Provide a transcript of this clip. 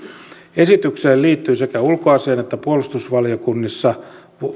esitykseen liittyy sekä ulkoasiain että puolustusvaliokunnassa